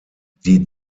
die